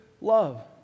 love